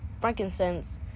frankincense